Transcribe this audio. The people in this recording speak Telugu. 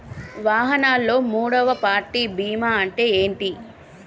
వాహనాల్లో మూడవ పార్టీ బీమా అంటే ఏంటి?